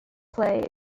play